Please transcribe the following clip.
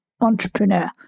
entrepreneur